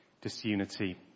disunity